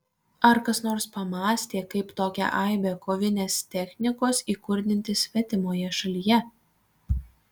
ar kas nors pamąstė kaip tokią aibę kovinės technikos įkurdinti svetimoje šalyje